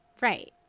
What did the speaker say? Right